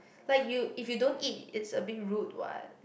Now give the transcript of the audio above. like you if you don't eat is a bit rude what